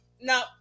No